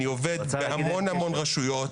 אני עובד ברבה מאוד רשויות.